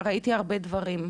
ראיתי הרבה דברים,